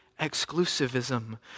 exclusivism